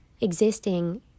existing